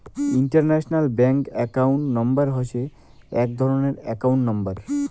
international bank account number হসে এক ধরণের একাউন্ট নম্বর